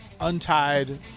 Untied